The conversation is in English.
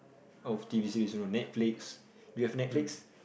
out of t_v series you know Netflix you have Netflix